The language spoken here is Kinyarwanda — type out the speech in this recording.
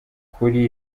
kuri